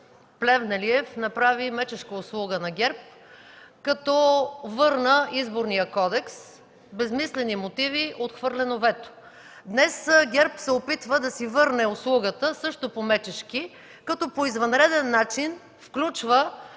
Плевнелиев направи мечешка услуга на ГЕРБ, като върна Изборния кодекс – безсмислени мотиви, отхвърлено вето. Днес ГЕРБ се опитва да си върне услугата също по мечешки, като по извънреден начин включва